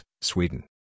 Sweden